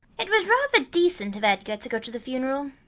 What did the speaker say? it was rather decent of edgar to go to the funeral.